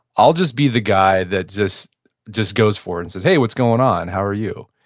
i'll just be the guy that just just goes forward and says, hey, what's going on? how are you?